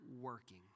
working